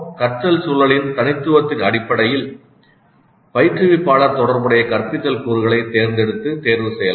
கற்றல் சூழலின் தனித்துவத்தின் அடிப்படையில் பயிற்றுவிப்பாளர் தொடர்புடைய கற்பித்தல் கூறுகளைத் தேர்ந்தெடுத்து தேர்வு செய்யலாம்